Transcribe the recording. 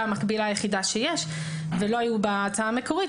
המקבילה היחידה שיש ולא היו בהצעה המקורית,